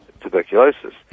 tuberculosis